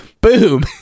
boom